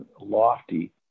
lofty